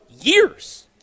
years